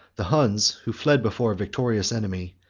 the huns, who fled before a victorious enemy,